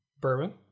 bourbon